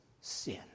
sin